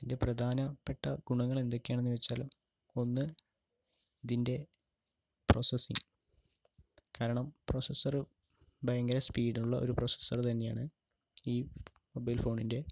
ഇതിൻ്റെ പ്രധാനപ്പെട്ട ഗുണങ്ങള് എന്തൊക്കെയാണെന്നു വെച്ചാൽ ഒന്ന് ഇതിൻ്റെ പ്രൊസസ്സിംഗ് കാരണം പ്രൊസസ്സറ് ഭയങ്കര സ്പീഡുള്ള ഒരു പ്രൊസസ്സറ് തന്നെയാണ് ഈ മൊബൈൽ ഫോണിൻ്റെ